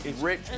rich